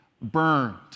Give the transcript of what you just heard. burned